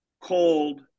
cold